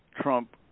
Trump